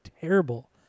terrible